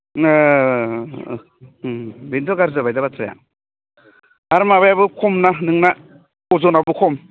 बिनोथ' गाज्रि जाबाय दा बाथ्राया आरो माबायाबो खमना नोंना अजनाबो खम